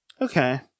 Okay